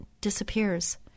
disappears